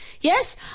Yes